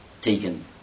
taken